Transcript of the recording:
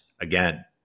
again